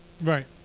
Right